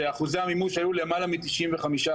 שאחוזי המימוש היו למעלה מ-95%,